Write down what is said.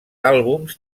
àlbums